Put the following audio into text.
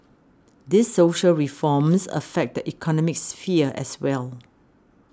these social reforms affect the economic sphere as well